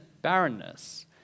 barrenness